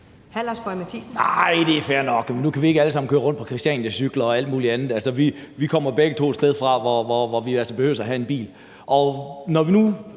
Lars Boje Mathiesen (NB): Nej, det er fair nok. Nu kan vi ikke alle sammen køre rundt på Christianiacykler og alt muligt andet. Vi kommer begge to et sted fra, hvor vi behøver at have en bil. Når vi nu